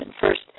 First